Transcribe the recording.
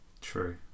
true